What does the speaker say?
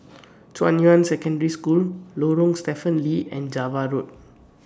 Junyuan Secondary School Lorong Stephen Lee and Java Road